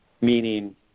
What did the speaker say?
meaning